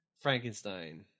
Frankenstein